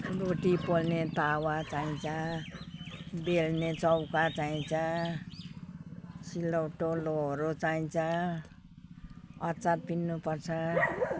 रोटी पोल्ने तावा चाहिन्छ बेल्ने चौका चाहिन्छ सिलौटो लोहोरो चाहिन्छ अचार पिन्नु पर्छ